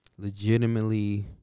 Legitimately